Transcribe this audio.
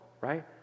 right